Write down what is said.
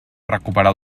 recuperar